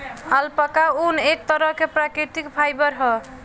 alpaca ऊन, एक तरह के प्राकृतिक फाइबर ह